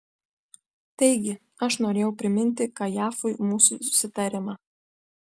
taigi aš norėjau priminti kajafui mūsų susitarimą